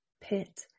pit